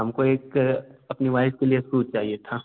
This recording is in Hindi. हमको एक अपनी वाइफ के लिए सूज चाहिए था